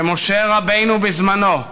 כמשה רבנו בזמנו,